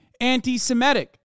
anti-Semitic